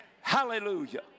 Hallelujah